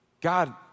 God